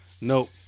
Nope